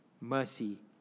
mercy